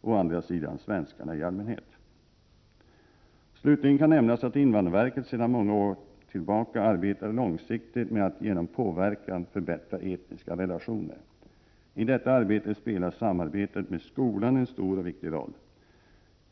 och å andra sidan svenskarna i allmänhet. Slutligen kan nämnas att invandrarverket sedan många år tillbaka arbetar långsiktigt med att genom påverkan förbättra etniska relationer. I detta arbete spelar samarbetet med skolan en stor och viktig roll.